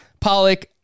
Pollock